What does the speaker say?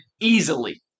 easily